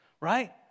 right